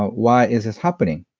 why is this happening?